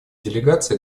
делегация